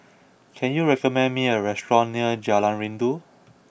can you recommend me a restaurant near Jalan Rindu